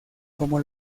como